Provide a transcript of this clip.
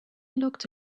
looked